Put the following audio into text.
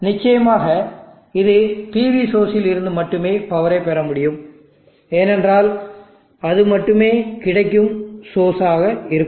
நிச்சயமாக இது PV source இல் இருந்து மட்டுமே பவரை பெற வேண்டும் ஏனென்றால் அது மட்டுமே கிடைக்கும் சோர்ஸ் ஆகும்